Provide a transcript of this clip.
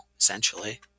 Essentially